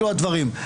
אלו הדברים.